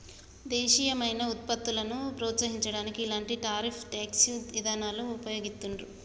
దేశీయమైన వుత్పత్తులను ప్రోత్సహించడానికి ఇలాంటి టారిఫ్ ట్యేక్స్ ఇదానాలను వుపయోగిత్తండ్రు